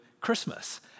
Christmas